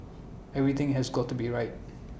everything has got to be right